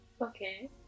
Okay